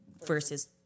versus